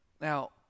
Now